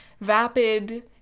vapid